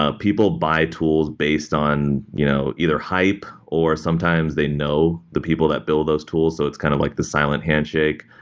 ah people buy tools based on you know either hype or sometimes they know the people that build those tools, so it's kind of like the silent handshake,